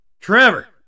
Trevor